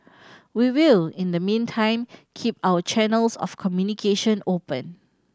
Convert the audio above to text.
we will in the meantime keep our channels of communication open